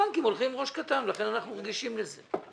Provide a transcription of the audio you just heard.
הבנקים הולכים עם ראש קטן ולכן אנחנו רגישים לזה.